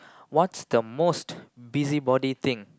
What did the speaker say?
what's the most busybody thing